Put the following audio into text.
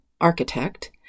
architect